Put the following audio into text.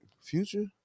Future